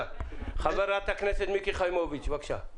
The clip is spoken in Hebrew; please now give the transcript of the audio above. חברת הכנסת מיקי חיימוביץ', בבקשה.